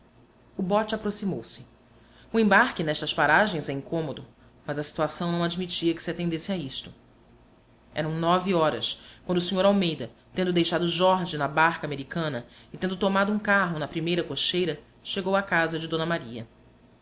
o bote aproximou-se o embarque nestas paragens é incômodo mas a situação não admitia que se atendesse a isto eram nove horas quando o sr almeida tendo deixado jorge na barca americana e tendo tomado um carro na primeira cocheira chegou à casa de d maria